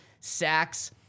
sacks